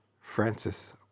Francis